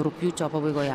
rugpjūčio pabaigoje